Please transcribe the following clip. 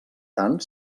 tant